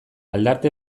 aldarte